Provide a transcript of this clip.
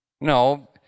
No